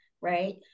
right